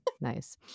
Nice